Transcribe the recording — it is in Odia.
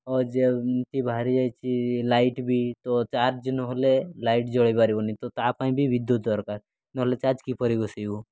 ଓ ଯେମିତି ବାହାରିଯାଇଛି ଲାଇଟ୍ ବି ତ ଚାର୍ଜ୍ ନହେଲେ ଲାଇଟ୍ ଜଳିପାରିବନି ତ ତା ପାଇଁ ବି ବିଦ୍ୟୁତ୍ ଦରକାର ନହେଲେ ଚାର୍ଜ୍ କିପରି ବସାଇବୁ